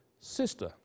sister